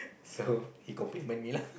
so he compliment me lah